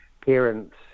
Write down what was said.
parents